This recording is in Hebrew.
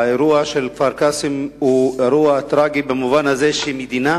האירוע של כפר-קאסם הוא אירוע טרגי במובן הזה שמדינה